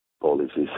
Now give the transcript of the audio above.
policies